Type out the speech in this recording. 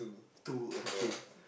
two okay